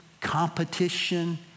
competition